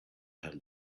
her